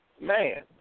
man